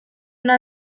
una